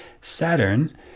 saturn